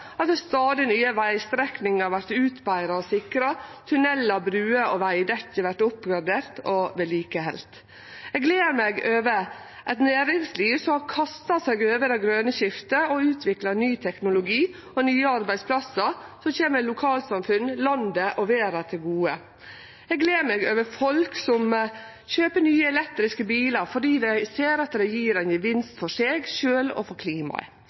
at stadig nye vegstrekningar vert utbetra og sikra, og at tunnelar, bruer og vegdekke vert oppgraderte og vedlikehaldne. Eg gler meg over eit næringsliv som har kasta seg over det grøne skiftet og utvikla ny teknologi og nye arbeidsplassar som kjem lokalsamfunn, landet og verda til gode. Eg gler meg over folk som kjøper nye elektriske bilar fordi dei ser at det gjev ein gevinst for dei sjølve og for